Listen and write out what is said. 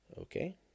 okay